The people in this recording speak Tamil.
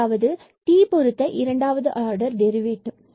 அதாவது tபொருத்த இரண்டாவது ஆர்டர் டெரிவேட்டிவ்